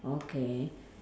okay